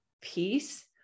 peace